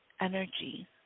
energy